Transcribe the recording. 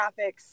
graphics